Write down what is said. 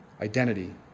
Identity